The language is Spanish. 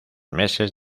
meses